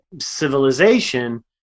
civilization